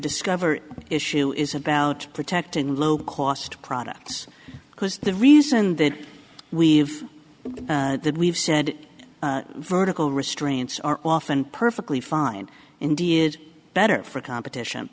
discovery issue is about protecting low cost products because the reason that we've that we've said vertical restraints are often perfectly fine india is better for competition